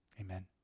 Amen